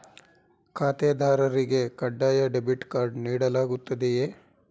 ಖಾತೆದಾರರಿಗೆ ಕಡ್ಡಾಯ debit card ನೀಡಲಾಗುತ್ತದೆಯೇ?